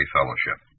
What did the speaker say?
Fellowship